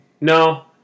no